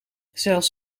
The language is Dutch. zelfs